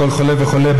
לכל חולה וחולה,